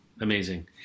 amazing